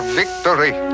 victory